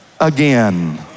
again